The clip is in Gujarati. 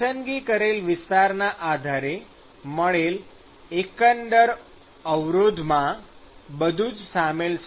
પસંદગી કરેલ વિસ્તારનાં આધારે મળેલ એકંદર અવરોધમાં બધુ જ શામેલ છે